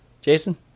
Jason